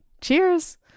cheers